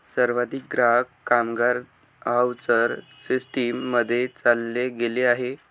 सर्वाधिक ग्राहक, कामगार व्हाउचर सिस्टीम मध्ये चालले गेले आहे